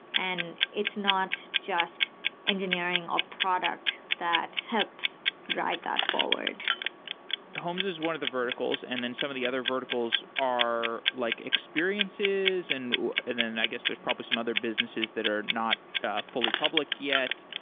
and it's not just engineering, or product that helps drive that forward homes is one of the verticals. and then some of the other verticals are like experiences and then i guess, there's probably some other businesses that are not fully public yet.